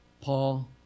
Paul